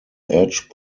edge